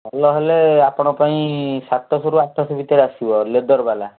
ଭଲ ହେଲେ ଆପଣ ପାଇଁ ସାତଶହରୁ ଆଠଶହ ଭିତରେ ଆସିବ ଲେଦର୍ ବାଲା